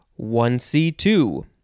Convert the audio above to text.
1C2